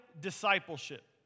discipleship